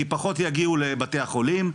כי פחות יגיעו לבתי החולים,